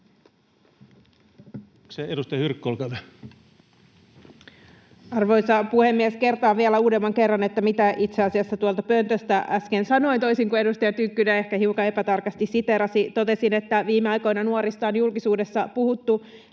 Arvoisa puhemies! Kertaan vielä uudemman kerran, mitä itse asiassa tuolta pöntöstä äsken sanoin. Toisin kuin edustaja Tynkkynen ehkä hiukan epätarkasti siteerasi, totesin, että viime aikoina nuorista on julkisuudessa puhuttu